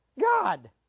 God